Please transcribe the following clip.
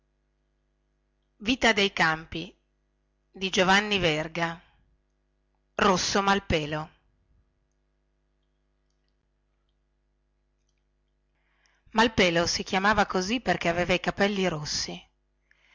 è stato riletto e controllato rosso malpelo malpelo si chiamava così perchè aveva i capelli rossi